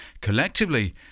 collectively